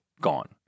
gone